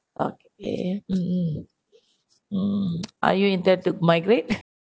okay mm mm are you intend to migrate